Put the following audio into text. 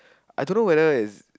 I dunno whether is